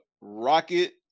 Rocket